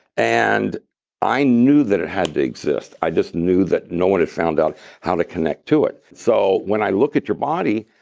and i knew that it had to exist. i just knew that no one had found out how to connect to it. so when i look at your body,